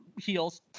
heels